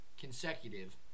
consecutive